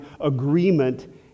agreement